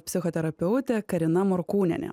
psichoterapeutė karina morkūnienė